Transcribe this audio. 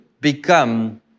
become